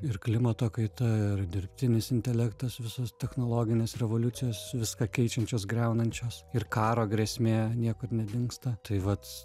ir klimato kaita ir dirbtinis intelektas visos technologinės revoliucijos viską keičiančios griaunančios ir karo grėsmė niekur nedingsta tai vat